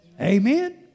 Amen